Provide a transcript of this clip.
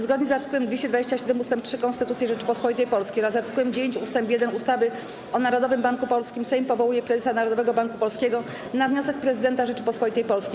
Zgodnie z art. 227 ust. 3 Konstytucji Rzeczypospolitej Polskiej oraz art. 9 ust. 1 ustawy o Narodowym Banku Polskim Sejm powołuje prezesa Narodowego Banku Polskiego na wniosek prezydenta Rzeczypospolitej Polskiej.